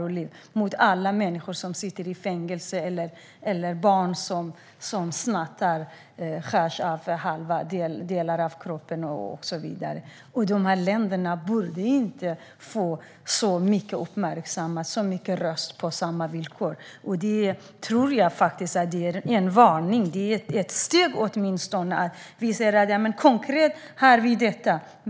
Det är ett slag mot alla människor som sitter i fängelse och mot de barn som snattat och fått delar av kroppen avskurna, och så vidare. Dessa länder borde inte få så mycket uppmärksamhet och en röst på samma villkor som andra. Att ge en varning vore åtminstone ett steg där vi säger: Konkret har vi detta.